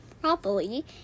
properly